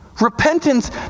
Repentance